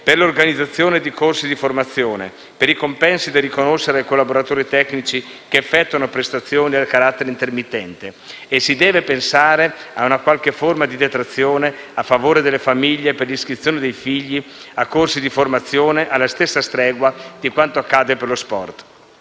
per l'organizzazione di corsi di formazione, per i compensi da riconoscere ai collaboratori tecnici che effettuano prestazioni a carattere intermittente. E si deve pensare a una qualche forma di detrazione a favore delle famiglie per l'iscrizione dei figli a corsi di formazione, alla stessa stregua di quanto accade per lo sport.